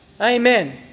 Amen